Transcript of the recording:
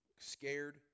scared